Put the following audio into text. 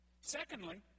Secondly